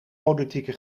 politieke